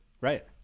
right